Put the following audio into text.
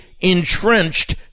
entrenched